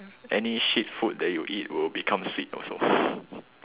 any shit food that you eat will become sweet also